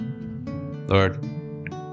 Lord